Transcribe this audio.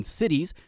cities